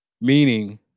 meaning